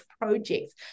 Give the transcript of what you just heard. projects